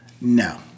no